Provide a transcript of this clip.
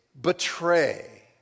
betray